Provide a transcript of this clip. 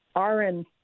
RN